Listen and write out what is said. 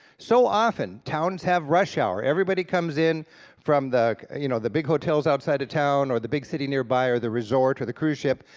so often, towns have rush hour. everybody comes in from the, you know, the big hotels outside of town, or the big city nearby, or the resort, or to the cruise ship,